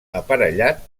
aparellat